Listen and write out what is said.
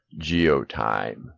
geotime